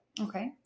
Okay